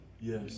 Yes